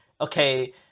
okay